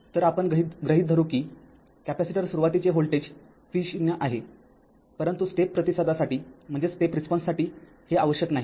तरआपण गृहीत धरू कि कॅपेसिटर सुरुवातीचे व्होल्टेज v0आहे परंतु स्टेप प्रतिसादासाठी हे आवश्यक नाही